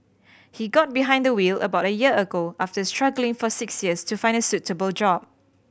he got behind the wheel about a year ago after struggling for six years to find a suitable job